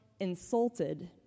insulted